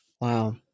Wow